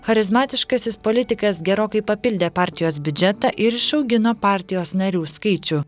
charizmatiškasis politikas gerokai papildė partijos biudžetą ir išaugino partijos narių skaičių